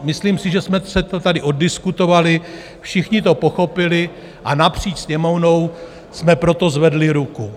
Myslím si, že jsme si to tady oddiskutovali, všichni to pochopili a napříč Sněmovnou jsme pro to zvedli ruku.